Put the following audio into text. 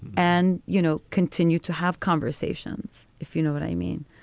and, you know, continue to have conversations, if you know what i mean.